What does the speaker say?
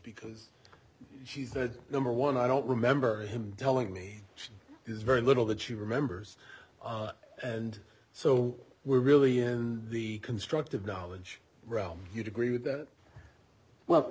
because she said number one i don't remember him telling me there's very little that she remembers and so we're really in the constructive knowledge realm you'd agree with that well